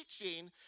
teaching